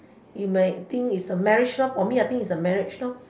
you might think is marriage I think it's marriage lah